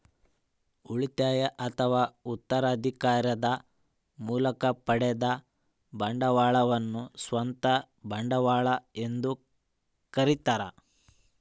ಉಳಿತಾಯ ಅಥವಾ ಉತ್ತರಾಧಿಕಾರದ ಮೂಲಕ ಪಡೆದ ಬಂಡವಾಳವನ್ನು ಸ್ವಂತ ಬಂಡವಾಳ ಎಂದು ಕರೀತಾರ